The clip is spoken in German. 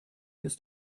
ist